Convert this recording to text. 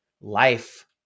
life